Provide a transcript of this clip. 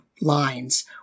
lines